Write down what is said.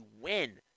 win